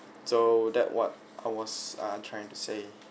so that what I was trying to say